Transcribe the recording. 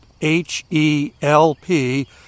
H-E-L-P